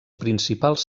principals